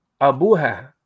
abuha